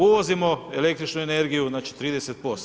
Uvozimo električnu energiju, znači 30%